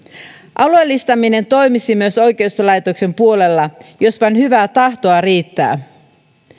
alueellistaminen toimisi myös oikeuslaitoksen puolella jos vain hyvää tahtoa riittää